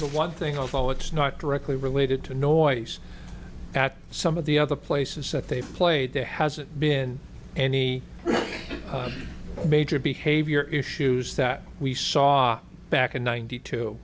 the one thing of all it's not directly related to noise at some of the other places that they've played there hasn't been any major behavior issues that we saw back in ninety two